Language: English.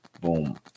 Boom